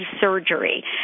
surgery